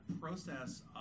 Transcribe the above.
process